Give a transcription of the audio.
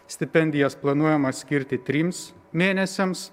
stipendijas planuojama skirti trims mėnesiams